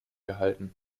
gehalten